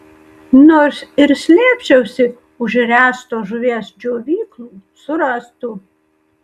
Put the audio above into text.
nors ir slėpčiausi už ręsto žuvies džiovyklų surastų